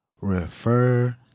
refer